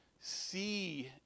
see